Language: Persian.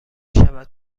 شود